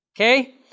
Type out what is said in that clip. Okay